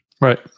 Right